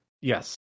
Yes